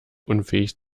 unfähig